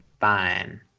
fine